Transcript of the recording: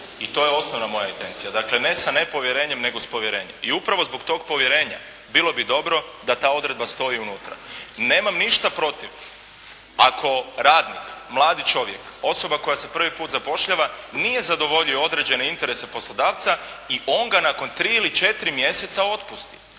I to je osnovna moja intencija. Dakle ne sa nepovjerenjem nego s povjerenjem. I upravo zbog tog povjerenja bilo bi dobro da ta odredba stoji unutra. Nemam ništa protiv. Ako rad, mladi čovjek, osoba koja se prvi put zapošljava nije zadovoljio određene interese poslodavca i on ga nakon tri ili četiri mjeseca otpusti